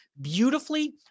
beautifully